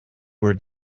were